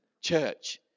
church